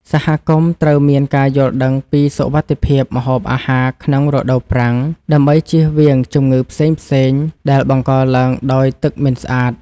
សហគមន៍ត្រូវមានការយល់ដឹងពីសុវត្ថិភាពម្ហូបអាហារក្នុងរដូវប្រាំងដើម្បីជៀសវាងជំងឺផ្សេងៗដែលបង្កឡើងដោយទឹកមិនស្អាត។